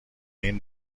این